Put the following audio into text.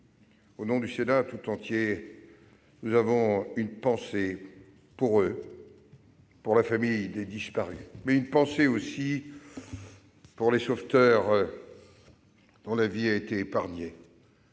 Au nom du Sénat tout entier, nous avons une pensée pour eux, pour la famille des disparus, mais aussi pour les sauveteurs dont la vie a été épargnée.